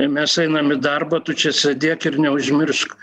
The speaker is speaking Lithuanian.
mes einam į darbą tu čia sėdėk ir neužmiršk